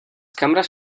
cambres